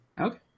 Okay